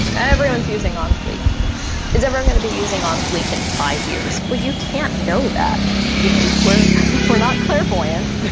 everyone's using on fleek is everyone going to be using on fleek in five years? well you can't know that, you know we're we're not clairvoyant.